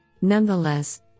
Nonetheless